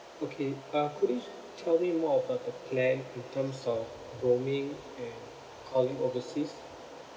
okay uh could you tell me more about the plan in terms of roaming and calling overseas